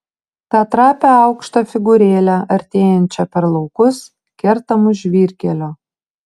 tą trapią aukštą figūrėlę artėjančią per laukus kertamus žvyrkelio